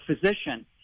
physician